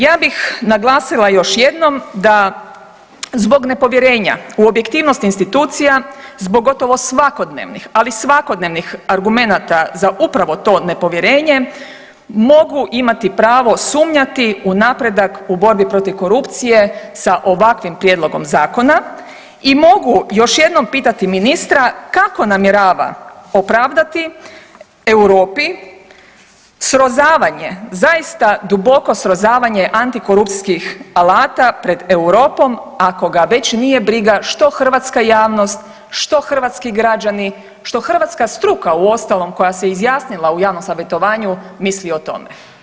Ja bih naglasila još jednom da zbog nepovjerenja u objektivnost institucija, zbog gotovo svakodnevnih, ali svakodnevnih argumenata za upravo to nepovjerenje mogu imati pravo sumnjati u napredak u borbi protiv korupcije sa ovakvim prijedlogom zakona i mogu još jednom pitati ministra kako namjerava opravdati Europi srozavanje zaista duboko srozavanje antikorupcijskih alata pred Europom, ako ga već nije briga što hrvatska javnost, što hrvatski građani, što hrvatska struka uostalom koja se izjasnila u javnom savjetovanju misli o tome.